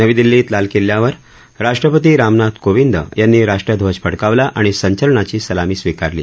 नवी दिल्लीत लाल किल्ल्यावर राष्ट्रपती रामनाथ कोविंद यांनी राष्ट्रध्वज फडकावला आणि संचलनाची सलामी स्वीकारली